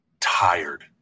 tired